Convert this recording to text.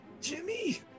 Jimmy